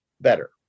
better